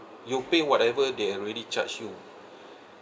you pay whatever they already charge you